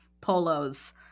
polos